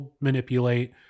manipulate